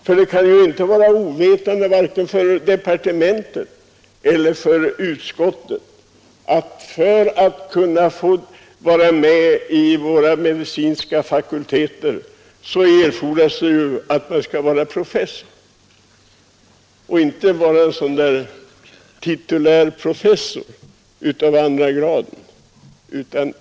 Varken departementet eller utskottet kan vara ovetande om att man, för att få vara med i våra medicinska fakulteter, måste vara professor — och inte bara titulärprofessor av andra graden.